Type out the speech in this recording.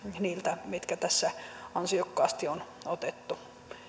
niiltä mitkä tässä ansiokkaasti on otettu